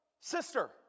sister